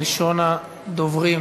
ראשון הדוברים